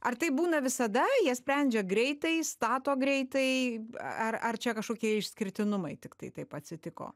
ar taip būna visada jie sprendžia greitai stato greitai ar ar čia kažkokie išskirtinumai tiktai taip atsitiko